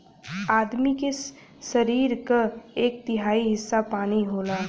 आदमी के सरीर क एक तिहाई हिस्सा पानी होला